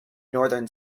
northern